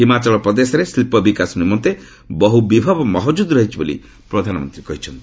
ହିମାଚଳ ପ୍ରଦେଶରେ ଶିଳ୍ପ ବିକାଶ ନିମନ୍ତେ ବହୁ ବିଭବ ମହକୁଦ ରହିଛି ବୋଲି ପ୍ରଧାନମନ୍ତ୍ରୀ କହିଚ୍ଛନ୍ତି